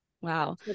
Wow